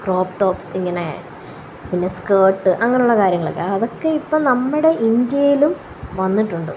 crop tops ഇങ്ങനെ പിന്നെ skirt അങ്ങനുള്ള കാര്യങ്ങളൊക്കെ അതൊക്കെ ഇപ്പോള് നമ്മുടെ ഇന്ത്യയിലും വന്നിട്ടുണ്ട്